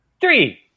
three